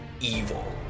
evil